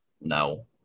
No